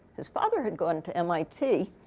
his father had gone to mit.